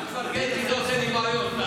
אל תפרגן לי, זה עושה לי בעיות.